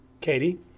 Katie